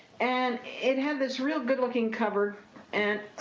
and, it had this real good looking cover and